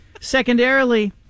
Secondarily